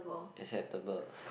acceptable